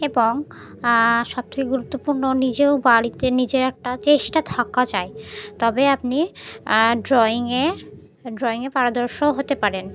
এবং সব থেকে গুরুত্বপূর্ণ নিজেও বাড়িতে নিজের একটা চেষ্টা থাকা চায় তবে আপনি ড্রয়িংয়ে ড্রয়িংয়ে পারদর্শও হতে পারেন